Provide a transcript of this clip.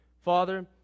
Father